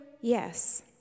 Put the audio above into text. Yes